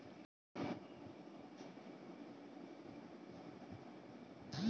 গবাদি পশুর থ্যাইকে দুহুদ পাউয়া যায় ম্যালা ম্যালেজ ক্যইরে